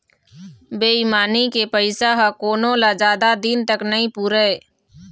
बेईमानी के पइसा ह कोनो ल जादा दिन तक नइ पुरय